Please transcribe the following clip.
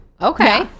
Okay